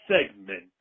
segment